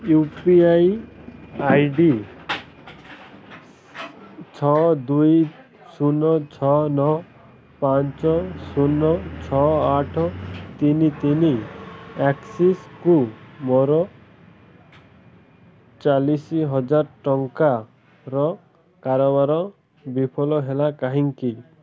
you P I I D ଛଅ ଦୁଇ ଶୂନ ଛଅ ନଅ ପାଞ୍ଚ ଶୂନ ଛଅ ଆଠ ତିନି ତିନି ଆକ୍ସିସକୁ ମୋର ଚାଳିଶ ହଜାର ଟଙ୍କାର କାରବାର ବିଫଳ ହେଲା କାହିଁକି